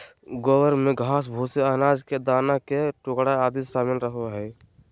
गोबर में घास, भूसे, अनाज के दाना के टुकड़ा आदि शामिल रहो हइ